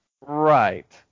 Right